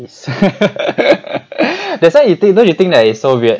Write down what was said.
that's why you think don't you think that it's so weird